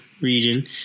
region